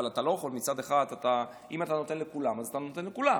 אבל אם אתה נותן לכולם אתה נותן לכולם.